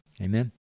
Amen